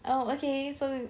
oh okay so